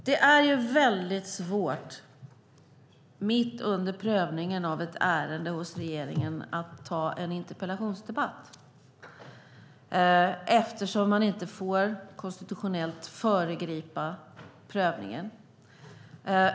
Fru talman! Det är väldigt svårt att mitt under prövningen av ett ärende hos regeringen ta en interpellationsdebatt, eftersom man konstitutionellt inte får föregripa prövningen.